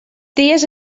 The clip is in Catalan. dies